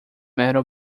metal